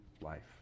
life